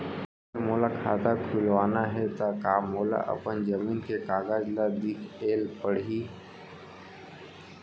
अगर मोला खाता खुलवाना हे त का मोला अपन जमीन के कागज ला दिखएल पढही?